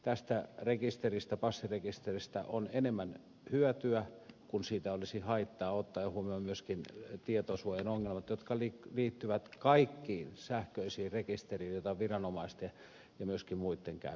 tästä rekisteristä passirekisteristä on enemmän hyötyä kuin siitä olisi haittaa ottaen huomioon myöskin tietosuojaongelmat jotka liittyvät kaikkiin sähköisiin rekistereihin jotka ovat viranomaisten ja myöskin muitten käytössä